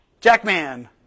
Jackman